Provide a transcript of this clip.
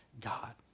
God